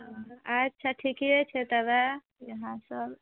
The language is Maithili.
अच्छा ठीके छै तबे यहाँ सब